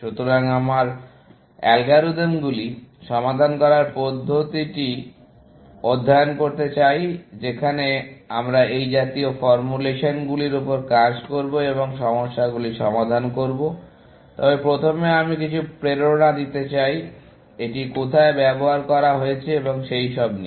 সুতরাং আমরা অ্যালগরিদমগুলি সমাধান করার পদ্ধতিগুলি অধ্যয়ন করতে চাই যেখানে আমরা এই জাতীয় ফর্মুলেশনগুলির উপর কাজ করব এবং সমস্যাগুলি সমাধান করব তবে প্রথমে আমি কিছু প্রেরণা দিতে চাই এটি কোথায় ব্যবহার করা হয়েছে এবং সেসব নিয়ে